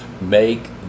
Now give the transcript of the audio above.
make